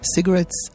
Cigarettes